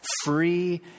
free